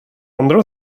andra